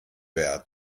wer